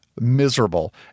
miserable